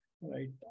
right